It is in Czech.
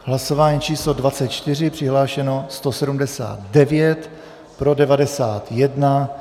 Hlasování číslo 24, přihlášeno 179, pro 91 .